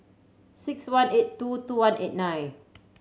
six one eight two two one eight nine